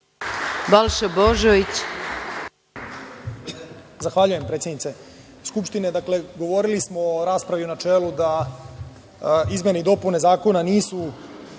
**Balša Božović** Zahvaljujem predsednice Skupštine. Dakle, govorili smo o raspravi u načelu da izmene i dopune zakona nisu